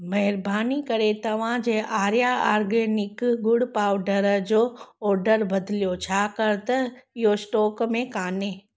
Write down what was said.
महिरबानी करे तव्हां जे आर्या आर्गेनिक गुड़ पाउडर जो ऑडर बदलियो छाकाणि त इयो स्टॉक में कोन्हे